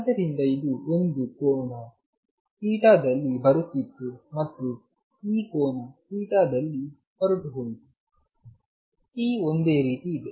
ಆದ್ದರಿಂದ ಇದು ಒಂದು ಕೋನ ಥೀಟಾದಲ್ಲಿ ಬರುತ್ತಿತ್ತು ಮತ್ತು ಈ ಕೋನ ಥೀಟಾದಲ್ಲಿ ಹೊರಟು ಹೋಯಿತು p ಒಂದೇ ರೀತಿ ಇದೆ